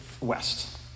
west